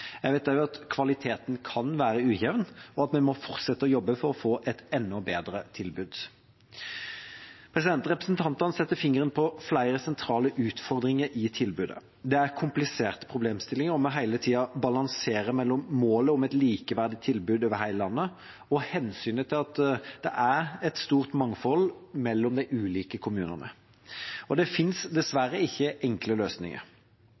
Jeg vet også at kvaliteten kan være ujevn, og at vi må fortsette å jobbe for å få et enda bedre tilbud. Representantene setter fingeren på flere sentrale utfordringer i tilbudet. Det er kompliserte problemstillinger, og vi må hele tida balansere mellom målet om et likeverdig tilbud over hele landet og hensynet til at det er et stort mangfold blant de ulike kommunene. Det fins dessverre ikke enkle løsninger.